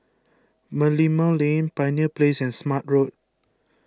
Merlimau Lane Pioneer Place and Smart Road